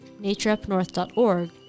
natureupnorth.org